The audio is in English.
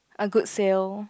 a good sale